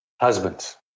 Husbands